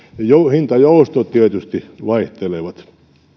hintajoustot tietysti vaihtelevat